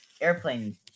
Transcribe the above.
airplane